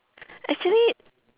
actually